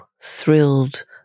thrilled